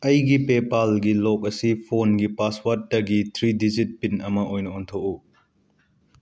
ꯑꯦꯒꯤ ꯄꯦꯄꯥꯜꯒꯤ ꯂꯣꯛ ꯑꯁꯤ ꯐꯣꯟꯒꯤ ꯄꯥꯁꯋꯥꯔꯗꯇꯒꯤ ꯊ꯭ꯔꯤ ꯗꯤꯖꯤꯠ ꯄꯤꯟ ꯑꯃ ꯑꯣꯏꯅ ꯑꯣꯟꯊꯣꯛꯎ